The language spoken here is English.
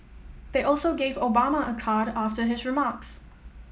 they also gave Obama a card after his remarks